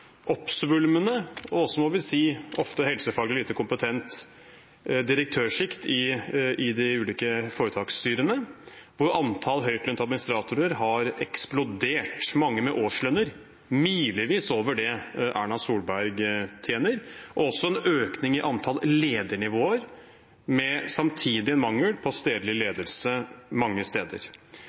og – må vi si – ofte helsefaglig lite kompetent direktørsjikt i de ulike foretaksstyrene. Antall høytlønte administratorer har eksplodert, mange med årslønner milevis over det Erna Solberg tjener, og det har vært en økning i antall ledernivåer med samtidig mangel på stedlig ledelse mange steder.